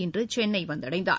இன்றுசென்னைந்தடைந்தார்